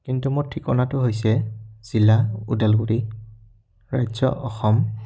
কিন্তু মোৰ ঠিকনাটো হৈছে জিলা ওদালগুৰি ৰাজ্য অসম